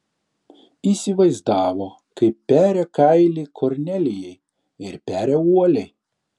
įsivaizdavo kaip peria kailį kornelijai ir peria uoliai